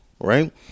right